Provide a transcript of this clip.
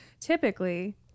typically